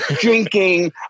Drinking